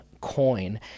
coin